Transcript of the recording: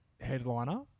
headliner